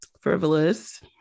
frivolous